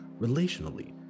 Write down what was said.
relationally